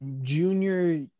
Junior